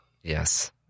Yes